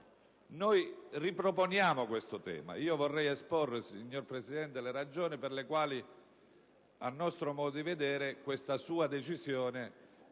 Noi riproponiamo questo tema e vorrei esporre, signor Presidente, le ragioni per le quali, a nostro modo di vedere, questa sua decisione